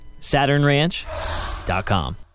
SaturnRanch.com